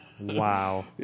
Wow